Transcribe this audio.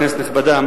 כנסת נכבדה,